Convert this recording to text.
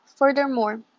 Furthermore